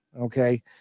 okay